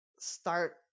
start